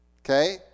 Okay